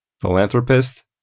philanthropist